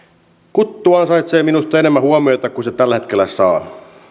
kuttu ansaitsee minusta enemmän huomiota kuin se tällä hetkellä saa